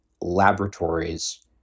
laboratories